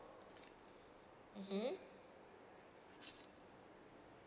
(uh huh)